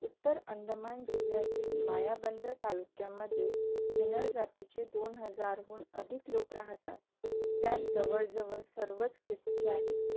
उत्तर अंदमान जिल्ह्यातील मायाबंदर तालुक्यामध्ये केनळ जातीचे दोन हजारहून अधिक लोक राहतात ज्यात जवळजवळ सर्वच क्रिस्ती आहेत